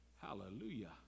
Hallelujah